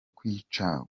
kwicwa